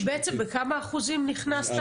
בכמה אחוזים נכנסת?